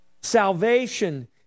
Salvation